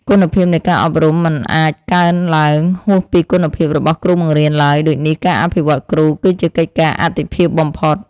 គុណភាពនៃការអប់រំមិនអាចកើនឡើងហួសពីគុណភាពរបស់គ្រូបង្រៀនឡើយដូចនេះការអភិវឌ្ឍគ្រូគឺជាកិច្ចការអាទិភាពបំផុត។